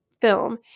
film